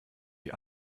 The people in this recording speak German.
die